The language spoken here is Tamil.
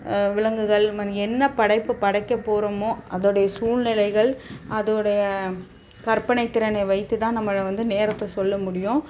விலங்குகள் நம்ம என்ன படைப்பு படைக்கப் போகிறோமோ அதோனுடைய சூழ்நிலைகள் அதோனுடைய கற்பனைத்திறனை வைத்து தான் நம்மளை வந்து நேரத்தை சொல்ல முடியும்